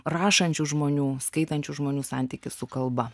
rašančių žmonių skaitančių žmonių santykį su kalba